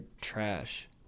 trash